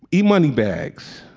yeah e-money bags.